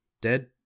Dead